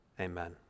Amen